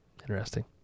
Interesting